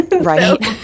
Right